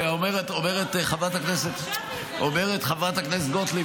אומרת חברת הכנסת גוטליב,